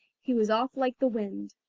he was off like the wind.